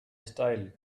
style